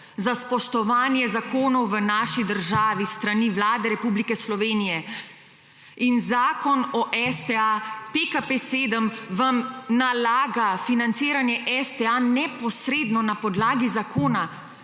za spoštovanje zakonov v naši državi s strani Vlade Republike Slovenije in Zakon o STA, PKP7 vam nalaga financiranje neposredno na podlagi zakona.